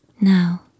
Now